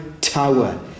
tower